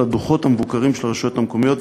הדוחות המבוקרים של הרשויות המקומיות,